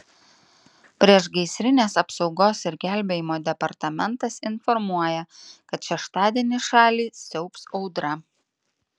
priešgaisrinės apsaugos ir gelbėjimo departamentas informuoja kad šeštadienį šalį siaubs audra